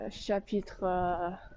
chapitre